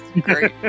great